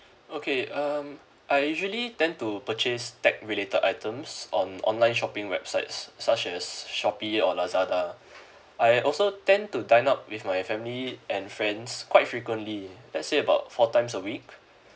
okay um I usually tend to purchase tech related items on online shopping websites such as shopee or lazada I also tend to dine out with my family and friends quite frequently let's say about four times a week